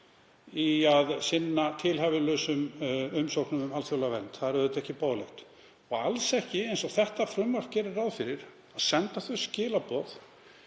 í að sinna tilhæfulausum umsóknum um alþjóðlega vernd. Það er auðvitað ekki boðlegt. Og alls ekki, eins og þetta frumvarp gerir ráð fyrir, að senda þau skilaboð